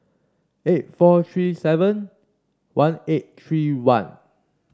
eight four three seven one eight three one